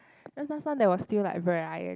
las~ last time there was still like varie~